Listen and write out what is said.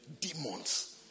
demons